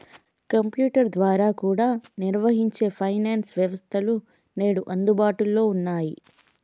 computer ద్వారా కూడా నిర్వహించే ఫైనాన్స్ వ్యవస్థలు నేడు అందుబాటులో ఉన్నయ్యి